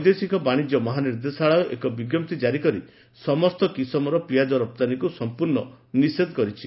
ବୈଦେଶିକ ବାଣିଜ୍ୟ ମହାନିର୍ଦ୍ଦେଶାଳୟ ଏକ ବିଞ୍ଜପ୍ତି ଜାରି କରି ସମସ୍ତ କିସମର ପିଆଜ ରପ୍ତାନୀକୁ ସଂପୂର୍ଣ୍ଣ ନିଷେଧ କରିଛି